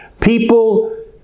people